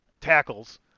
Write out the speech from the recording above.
tackles